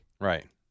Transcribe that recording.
Right